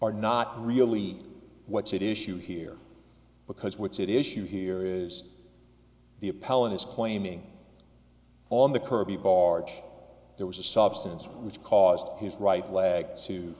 are not really what's at issue here because what's it issue here is the appellant is claiming on the kirby barge there was a substance which caused his right leg to